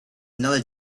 another